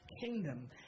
kingdom